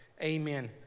Amen